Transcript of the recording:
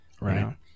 Right